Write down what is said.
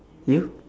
you